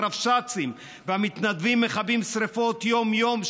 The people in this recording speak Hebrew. והרבש"צים והמתנדבים מכבים שרפות יום-יום,